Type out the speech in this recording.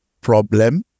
problem